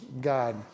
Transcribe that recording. God